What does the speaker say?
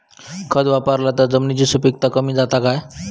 खत वापरला तर जमिनीची सुपीकता कमी जाता काय?